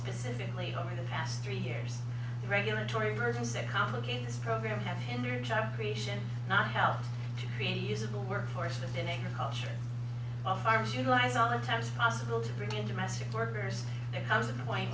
specifically over the past three years the regulatory burdens that complicate this program have hindered job creation not helped to create a usable workforce within agriculture while farms utilize all attempts possible to bring in domestic workers there comes a point